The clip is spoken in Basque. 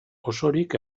osorik